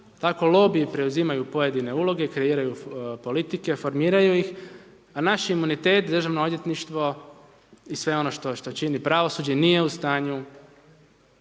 tako lobiji preuzimaju pojedine uloge i kreiraju politike, formiraju ih a naš imunitet državno odvjetništvo i sve ono što čini pravosuđe nije u stanju